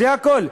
זה הכול.